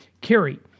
Carrie